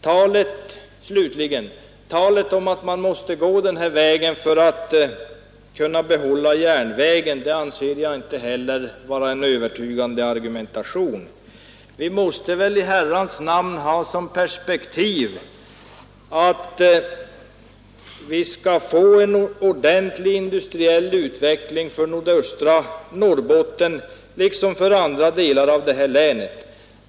Talet slutligen om att man måste välja denna lösning för att kunna behålla järnvägen anser jag inte heller vara en övertygande argumentation. Vi måste väl ändå ha som perspektiv att vi skall få en ordentlig industriell utveckling i nordöstra Norrbotten liksom i andra delar av länet.